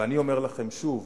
ואני אומר לכם שוב,